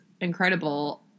incredible